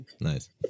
Nice